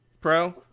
Pro